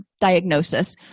diagnosis